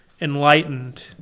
enlightened